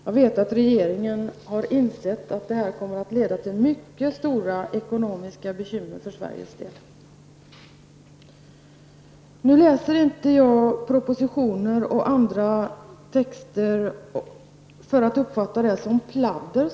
Jag vet att regeringen inser att detta kommer att leda till mycket stora ekonomiska bekymmer för Sveriges del. Jag läser inte vad som står i propositioner och andra handlingar för att uppfatta som klander.